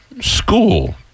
school